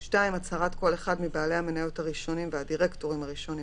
(2) הצהרת כל אחד מבעלי המניות הראשונים והדירקטורים הראשונים,